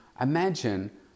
imagine